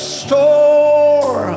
store